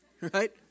right